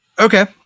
okay